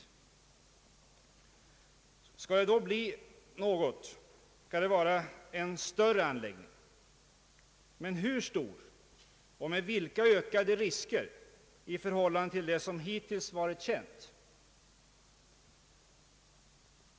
Skall någon byggas måste det vara en större anläggning. Men hur stor skall en sådan anläggning vara och vilka ökade risker kommer den att medföra i förhållande till dem som hittills är kända?